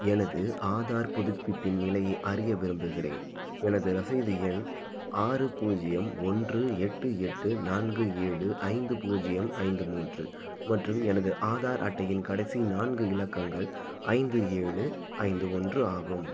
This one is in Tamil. எனது ஆதார் புதுப்பிப்பின் நிலையை அறிய விரும்புகிறேன் எனது ரசிது எண் ஆறு பூஜ்யம் ஒன்று எட்டு எட்டு நான்கு ஏழு ஐந்து பூஜ்யம் ஐந்து மூன்று மற்றும் எனது ஆதார் அட்டையின் கடைசி நான்கு இலக்கங்கள் ஐந்து ஏழு ஐந்து ஒன்று ஆகும்